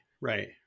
right